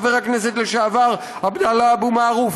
חבר הכנסת לשעבר עבדאללה אבו מערוף,